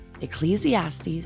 Ecclesiastes